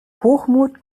hochmut